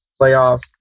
playoffs